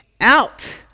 out